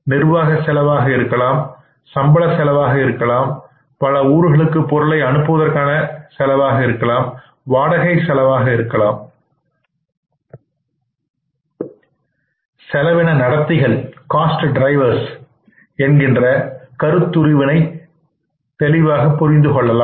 நிர்வாக செலவாக இருக்கலாம் சம்பள செலவாக இருக்கலாம் பல ஊர்களுக்கு பொருளை அனுப்புவதற்காக இருக்கலாம் வாடகை செலவாக இருக்கலாம் காஸ்ட் டிரைவர்ஸ் என்கின்ற கருத்துருவினைத் தெளிவாகப் புரிந்து கொள்ளலாம்